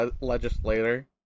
Legislator